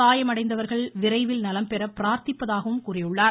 காயமடைந்தவர்கள் விரைவில் நலம்பெற பிரார்த்திப்பதாகவும் கூறியுள்ளார்